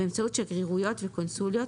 באמצעות שגרירויות וקונסוליו,